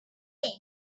king